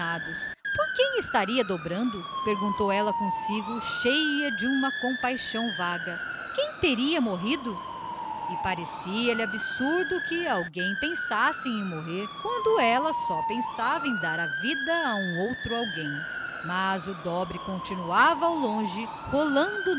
finados por quem estaria dobrando perguntou de si para si tomada de compassiva estranheza parecia-lhe absurdo que alguém cuidasse em morrer quando ela só pensava em dar à vida aquele outro alguém que tanto a preocupava todavia o dobre continuou ao longe rolando